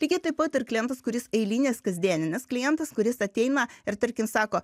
lygiai taip pat ir klientas kuris eilinis kasdieninis klientas kuris ateina ir tarkim sako